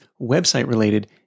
website-related